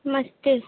मस्ते